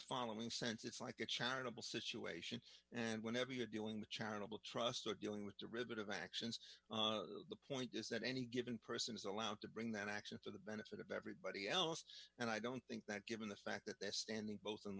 following sense it's like a charitable situation and whenever you're dealing with charitable trust or dealing with derivative actions the point is that any given person is allowed to bring that action for the benefit of everybody else and i don't think that given the fact that they're standing both in the